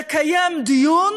לקיים דיון